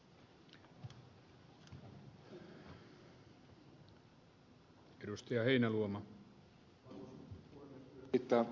arvoisa puhemies